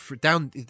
down